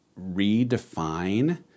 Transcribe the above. redefine